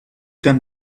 can